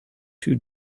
two